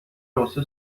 واسه